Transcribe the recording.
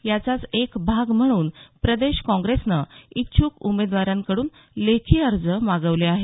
याचाच एक भाग म्हणून प्रदेश काँग्रेसनं इच्छूक उमेदवारांकडून लेखी अर्ज मागवले आहेत